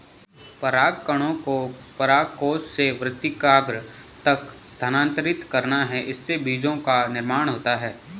परागकणों को परागकोश से वर्तिकाग्र तक स्थानांतरित करना है, इससे बीजो का निर्माण होता है